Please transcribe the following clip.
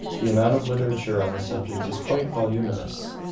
the amount of literature on the subject is quite voluminous.